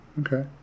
Okay